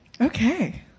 Okay